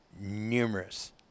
numerous